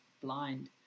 blind